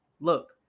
look